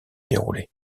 dérouler